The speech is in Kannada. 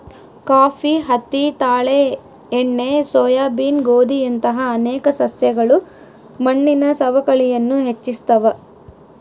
ಕಾಫಿ ಹತ್ತಿ ತಾಳೆ ಎಣ್ಣೆ ಸೋಯಾಬೀನ್ ಗೋಧಿಯಂತಹ ಅನೇಕ ಸಸ್ಯಗಳು ಮಣ್ಣಿನ ಸವಕಳಿಯನ್ನು ಹೆಚ್ಚಿಸ್ತವ